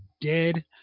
dead